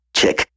check